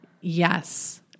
Yes